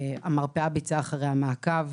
המרפאה ביצעה אחריה מעקב,